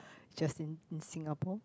just in in Singapore